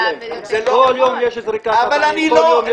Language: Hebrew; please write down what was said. בכל יום יש זריקת אבנים על אוטובוסים.